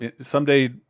someday